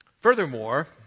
Furthermore